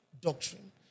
doctrine